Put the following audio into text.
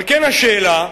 על כן, השאלה היא,